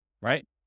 right